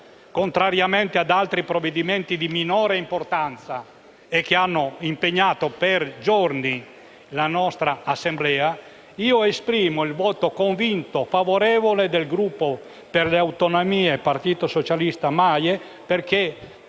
contrariamente ad altri provvedimenti di minor importanza, che hanno impegnato per giorni la nostra Assemblea, esprimo il convinto voto favorevole del Gruppo per le Autonomie-Partito socialista-MAIE, perché